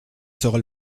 sera